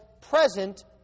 present